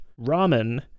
ramen